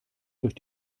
durch